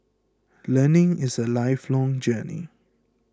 learning is a lifelong journey